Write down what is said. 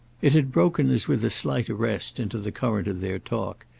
it had broken as with a slight arrest into the current of their talk,